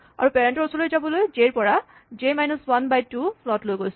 আৰু পেৰেন্ট ৰ ওচৰলৈ যাবলৈ জে ৰ পৰা J minus one by two float লৈ গৈছো